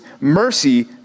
Mercy